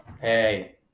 hey